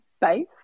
base